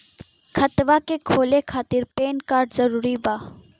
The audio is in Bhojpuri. खतवा के खोले खातिर पेन कार्ड जरूरी बा?